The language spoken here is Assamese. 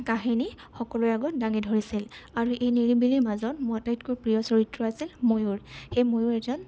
কাহিনী সকলোৰে আগত দাঙি ধৰিছিল আৰু এই নিৰিবিলিৰ মাজত মোৰ আটাইতকৈ প্ৰিয় চৰিত্ৰ আছিল ময়ূৰ সেই ময়ূৰ এজন